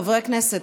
חברי הכנסת.